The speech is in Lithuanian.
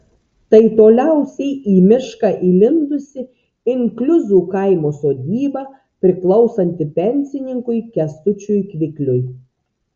tai toliausiai į mišką įlindusi inkliuzų kaimo sodyba priklausanti pensininkui kęstučiui kvikliui